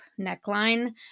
neckline